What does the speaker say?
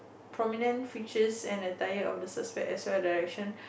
prominent features and attire of the suspect as well direction